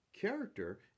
character